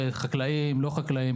חסרים לה רכבים,